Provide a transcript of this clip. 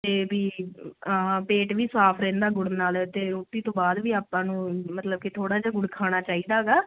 ਇਹ ਵੀ ਆਹ ਪੇਟ ਵੀ ਸਾਫ ਰਹਿੰਦਾ ਗੁੜ ਨਾਲ ਤੇ ਰੋਟੀ ਤੋਂ ਬਾਅਦ ਵੀ ਆਪਾਂ ਨੂੰ ਮਤਲਬ ਕਿ ਥੋੜਾ ਜਿਹਾ ਗੁੜ ਖਾਣਾ ਚਾਹੀਦਾ ਗਾ